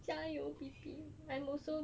加油 B_B I'm also